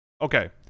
Okay